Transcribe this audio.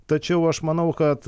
tačiau aš manau kad